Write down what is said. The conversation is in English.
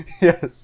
Yes